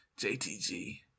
JTG